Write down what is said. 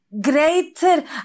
greater